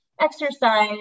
exercise